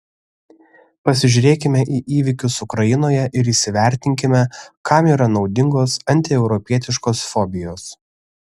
pasižiūrėkime į įvykius ukrainoje ir įsivertinkime kam yra naudingos antieuropietiškos fobijos